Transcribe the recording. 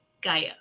Gaia